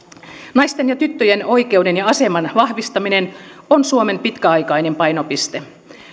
naisten ja tyttöjen oikeuden ja aseman vahvistaminen on suomen pitkäaikainen painopiste